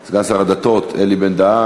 והיא תעבור לוועדת החוקה להמשך דיון.